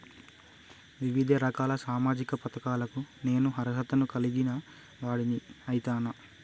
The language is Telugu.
వివిధ రకాల సామాజిక పథకాలకు నేను అర్హత ను కలిగిన వాడిని అయితనా?